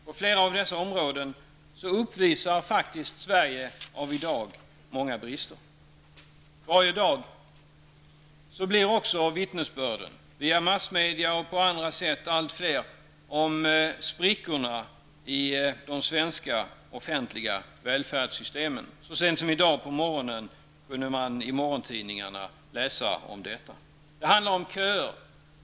På flera av dessa områden uppvisar faktiskt Sverige av i dag många brister. Varje dag blir vittnesbörden -- via massmedia och på andra sätt -- allt fler om sprickor i de svenska offentliga välfärdssystemen. Detta kunde man läsa om i morgontidningarna så sent som i dag på morgonen.